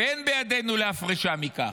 ואין בידינו להפרישם מכך.